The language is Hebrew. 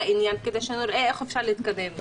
לנושא הזה כדי שנראה איך אפשר להתקדם.